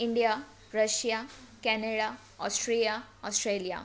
India Russia Canada Austria Australia